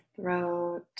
throat